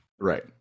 Right